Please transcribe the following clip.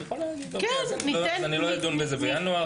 את יכולה להגיד: אני לא אדון בזה בינואר,